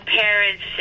parents